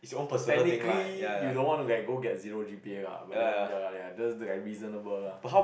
technically you don't want to get go get zero G_P_A ah but then ya lah ya lah that's like reasonable ah